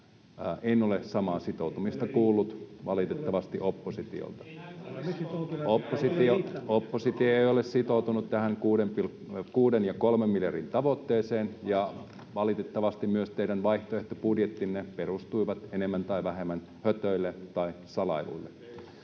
samaa sitoutumista kuullut oppositiolta. [Petri Honkosen välihuuto] Oppositio ei ole sitoutunut tähän kuuden ja kolmen miljardin tavoitteeseen. Valitettavasti myös teidän vaihtoehtobudjettinne perustuivat enemmän tai vähemmän hötöille tai salailuille.